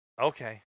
Okay